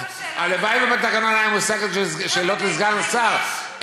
הלוואי שבתקנון היה מושג של שאלות לסגן שר.